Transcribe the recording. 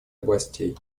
областей